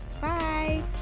Bye